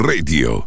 Radio